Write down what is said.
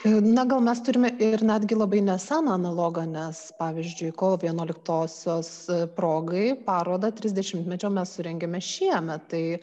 na gal mes turime ir netgi labai nesą analogą nes pavyzdžiui kovo vienuoliktosios progai parodą trisdešimtmečio mes surengėme šiemet tai